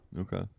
Okay